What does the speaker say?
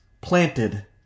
planted